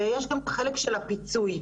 ישנו גם החלק של הפיצוי.